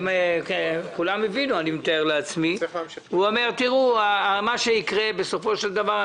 ואני מתאר לעצמי שכולם הבינו: מה שיקרה בסופו של דבר,